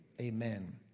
Amen